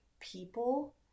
people